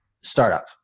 startup